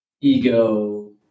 ego